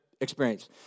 experience